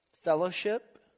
fellowship